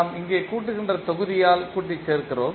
நாம் இங்கே கூட்டுகின்ற தொகுதியால் கூட்டிச் சேர்க்கிறோம்